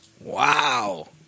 Wow